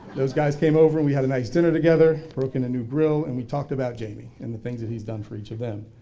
those guys came over we had a nice dinner together working a new grill and we talked about jamie and the things that he's done for each of them.